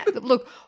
look